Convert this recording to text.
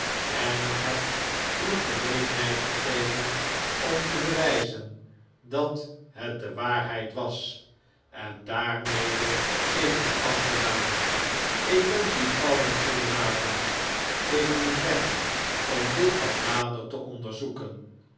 en ik heb u gelegenheid gegeven om te bewijzen dat het de waarheid was en daar mede is het afgedaan ik wensch u alien goedenavond ik moet weg om dit wat nader te onderzoeken